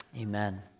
Amen